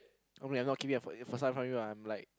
okay I'm not kidding first time in front of you I'm like